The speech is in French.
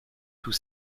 tout